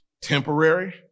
temporary